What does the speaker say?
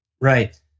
Right